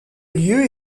lieu